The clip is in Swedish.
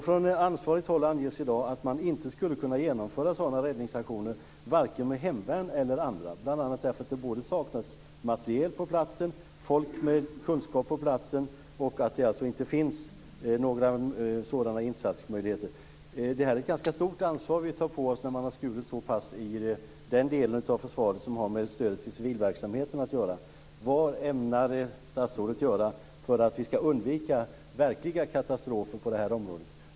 Från ansvarigt håll anges i dag att man inte skulle kunna genomföra sådana räddningsaktioner med hemvärn eller andra, bl.a. därför att det saknas materiel på platsen, folk med kunskap på platsen och att det inte finns några sådana insatsmöjligheter. Det är ett stort ansvar vi tar på oss när vi har skurit så pass i den delen av försvaret som gäller stödet till civilverksamheten. Vad ämnar statsrådet göra för att vi ska undvika verkliga katastrofer på området?